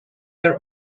are